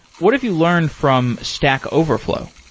what have you learned from stack overflow?